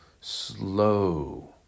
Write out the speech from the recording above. slow